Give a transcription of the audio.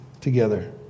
together